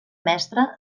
mestre